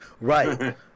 Right